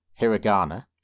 Hiragana